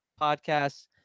Podcasts